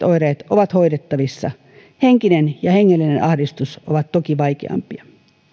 oireet ovat hoidettavissa henkinen ja hengellinen ahdistus ovat toki vaikeampia